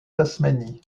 tasmanie